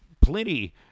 plenty